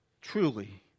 truly